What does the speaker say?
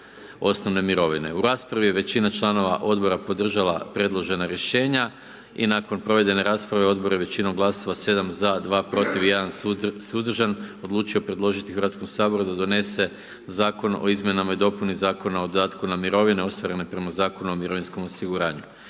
osnovne mirovine. U raspravi je većina članova Odbora podržala predložena rješenja i nakon provedene rasprave, Odbor je većinom glasova, 7 ZA, 2 PROTIV i 1 SUZDRŽAN, odlučio predložiti Hrvatskom saboru da donese Zakon o izmjenama i dopuni Zakona o dodatku na mirovine ostvarene prema Zakonu o mirovinskom osiguranju.